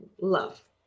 love